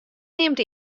nimt